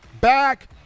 back